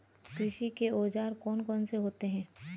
कृषि के औजार कौन कौन से होते हैं?